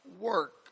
work